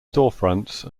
storefronts